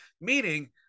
meaning